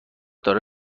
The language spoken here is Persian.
داره